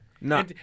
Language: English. No